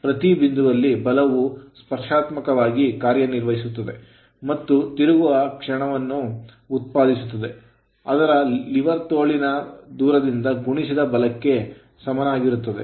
ಪ್ರತಿ ಬಿಂದುವಿನಲ್ಲಿ ಬಲವು ಸ್ಪರ್ಶಾತ್ಮಕವಾಗಿ ಕಾರ್ಯನಿರ್ವಹಿಸುತ್ತದೆ ಮತ್ತು ತಿರುಗುವ ಕ್ಷಣವನ್ನು ಉತ್ಪಾದಿಸುತ್ತದೆ ಅದರ ಲಿವರ್ ತೋಳಿನ ದೂರದಿಂದ ಗುಣಿಸಿದ ಬಲಕ್ಕೆ ಸಮನಾಗಿರುತ್ತದೆ